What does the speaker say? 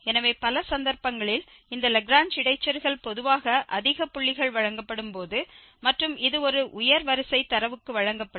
எனவே பல சந்தர்ப்பங்களில் இந்த லாக்ரேஞ்ச் இடைச்செருகல் பொதுவாக அதிக புள்ளிகள் வழங்கப்படும் போது மற்றும் இது ஒரு உயர் வரிசை தரவுக்கு வழங்கப்படும்